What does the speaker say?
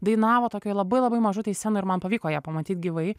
dainavo tokioj labai labai mažutėj scenoj ir man pavyko ją pamatyt gyvai